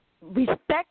respect